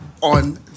on